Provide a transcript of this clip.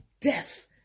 death